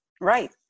Right